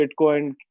Bitcoin